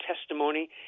testimony